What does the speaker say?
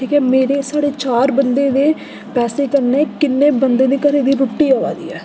ठीक ऐ मेरी साढ़े चार बंदे दे पैसे कन्नै किन्ने बंदे दे घरै दी रुट्टी आवै दी ऐ